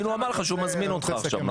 הוא הזמין אותך עכשיו,